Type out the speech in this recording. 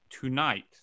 tonight